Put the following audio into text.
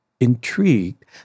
intrigued